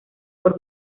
por